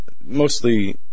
mostly